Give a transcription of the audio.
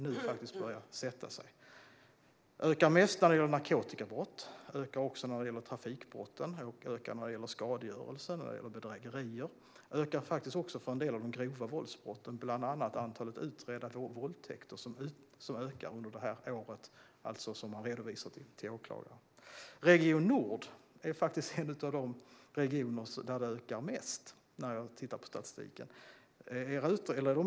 Den största ökningen av ärenden som går till åklagare gäller narkotikabrott men det ökar även när det gäller trafikbrott, skadegörelse, bedrägerier och en del av de grova våldsbrotten, bland annat antalet utredda våldtäkter. Region nord är faktiskt en av de regioner där man kan se att det ökar mest enligt statistiken.